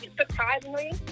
surprisingly